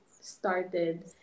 started